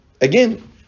Again